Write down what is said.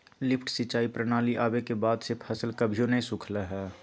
lift सिंचाई प्रणाली आवे के बाद से फसल कभियो नय सुखलय हई